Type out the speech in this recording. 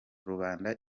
rubanda